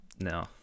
No